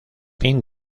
fin